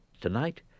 Tonight